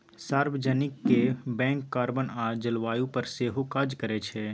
सार्वजनिक bank carbon आ जलबायु पर सेहो काज करै छै